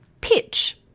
pitch